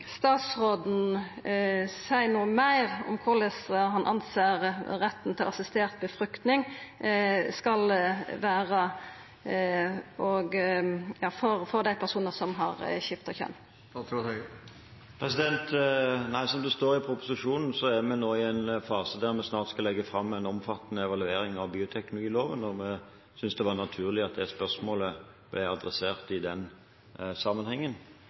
statsråden seia noko meir om korleis han synest retten til assistert befruktning skal vera for dei personane som har skifta kjønn? Som det står i proposisjonen, er vi nå i en fase der vi snart skal legge fram en omfattende evaluering av bioteknologiloven, og vi syntes det var naturlig at det spørsmålet ble adressert i den sammenhengen.